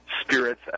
spirits